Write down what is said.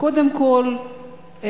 קודם כול,